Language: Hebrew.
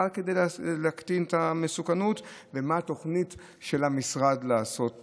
כדי להקטין את המסוכנות ומה התוכנית של המשרד לעשות בעתיד?